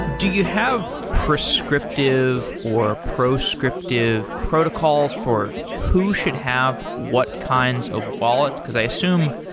do you have prescriptive or proscriptive protocols for who should have what kinds of wallets? because i assume